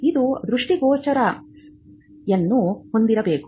ಇದು ದೃಷ್ಟಿಗೋಚರತೆಯನ್ನು ಹೊಂದಿರಬೇಕು